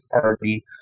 party